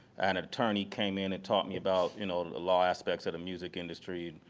an attorney came in and taught me about, you know, the law aspects of the music industry.